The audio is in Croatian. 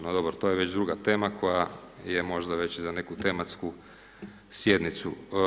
No dobro, to je već druga tema koja je možda već i za neku tematsku sjednicu.